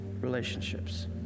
relationships